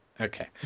Okay